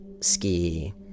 ski